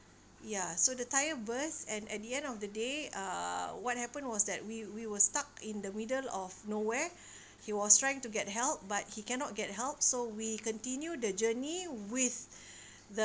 ya so the tire burst and at the end of the day uh what happened was that we we were stuck in the middle of nowhere he was trying to get help but he cannot get help so we continue the journey with th~